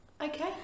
okay